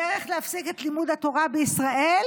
הדרך להפסיק את לימוד התורה בישראל,